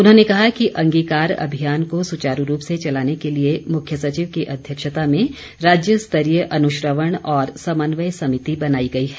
उन्होंने कहा कि अंगीकार अभियान को सुचारू रूप से चलाने के लिए मुख्य सचिव की अध्यक्षता में राज्यस्तरीय अनुश्रवण और समन्वय समिति बनाई गई है